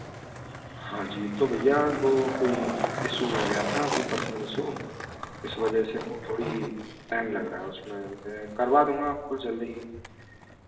हाँ जी तो भैया वह कोई इशू हो गया था कोई पर्सनल इशू इस वजह से वह थोड़ी टाइम लग रहा है उसमें मैं करवा दूँगा आपको जल्दी ही